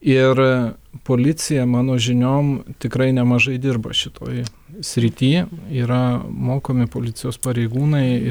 ir policija mano žiniom tikrai nemažai dirba šitoj srity yra mokomi policijos pareigūnai